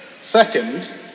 Second